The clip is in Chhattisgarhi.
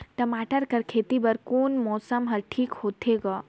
टमाटर कर खेती बर कोन मौसम हर ठीक होथे ग?